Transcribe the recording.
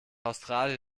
australien